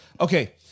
Okay